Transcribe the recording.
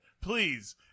Please